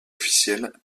officiel